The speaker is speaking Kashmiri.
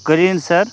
کٔلیٖنازَر